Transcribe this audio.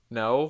no